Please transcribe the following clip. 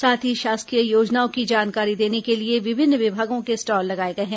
साथ ही शासकीय योजनाओं की जानकारी देने के लिए विभिन्न विभागों के स्टॉल लगाए गए हैं